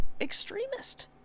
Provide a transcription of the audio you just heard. extremist